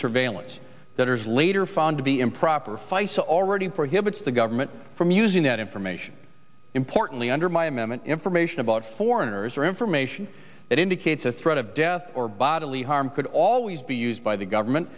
surveillance that is later found to be improper faisel already prohibits the government from using that information importantly under my amendment information about foreigners or information that indicates a threat of death or bodily harm could always be used by the government